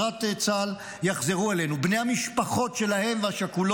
צה"ל יחזרו אלינו` בני המשפחות השכולות